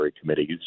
committees